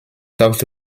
talked